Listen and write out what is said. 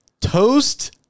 toast